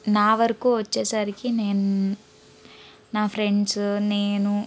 నా వరకు వచ్చేసరికి నేను నా ఫ్రెండ్స్ నేను